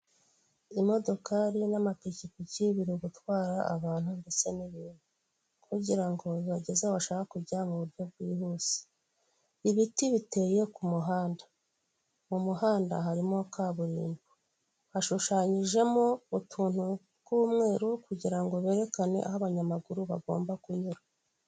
Imodoka nini cyane ikunda gutwara abantu by'umwihariko zikunda gukoreshwa mu mujyi wa Kigali imodoka zitwara abantu mu bice bike bitandukanye zitwara abantu benshi bagiye ahantu hamwe ahoza uba ufite ikarita uka ugakoza ku cyuma hanyuma amafaranga akavaho ukinjiramo hanyuma bakagutwararwa kugeza aho ugiye, si ibyo gusa kandi n'abagenda bahagaze turabona imbere umunyamaguru cyangwa se umugenzi ufite igare uri kugendera mu muhanda w'abanyamaguru.